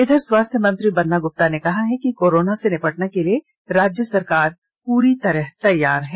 इधर स्वास्थ्य मंत्री बन्ना गुप्ता ने कहा है कि कोरोना से निपटने के लिए राज्य सरकार पूरी तरह तैयार है